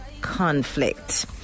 conflict